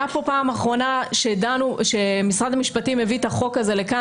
פעם אחרונה שמשרד המשפטים הביא את החוק הזה לכאן